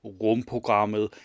rumprogrammet